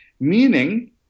meaning